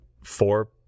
four